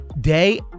day